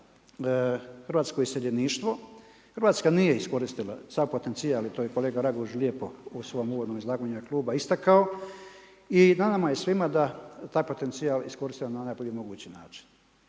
hrvatsko iseljeništvo, Hrvatska nije iskoristila sav potencijal i to je kolega Raguž lijepo u svom uvodnom izlaganju u ime kluba istakao i na nama je svima da taj potencijal iskoristimo na najbolji mogući način.